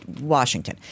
Washington